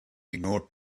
ignore